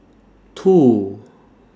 two